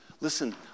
Listen